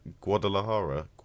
Guadalajara